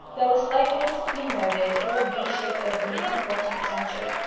though a slight difference to be noted is a v shaped opening in the fourteenth century,